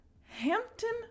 Hampton